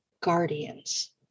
guardians